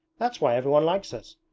that's why everyone likes us.